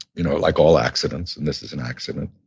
you know, like all accidents, and this is an accident.